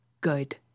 good